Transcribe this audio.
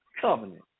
covenant